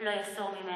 לא יסור ממנה".